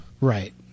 right